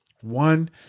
One